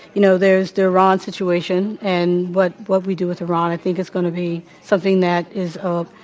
you know, there's the iran situation. and what what we do with iran, i think, is going to be something that is a